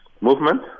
movement